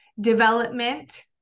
development